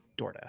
DoorDash